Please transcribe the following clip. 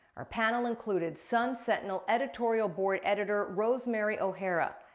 our panel included sun sentinel editorial board editor rosemary o'hara,